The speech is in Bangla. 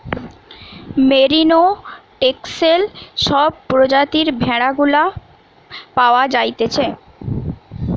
মেরিনো, টেক্সেল সব প্রজাতির ভেড়া গুলা পাওয়া যাইতেছে